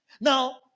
now